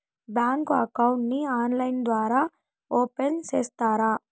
Bank account ని online ద్వారా open సేస్తారా?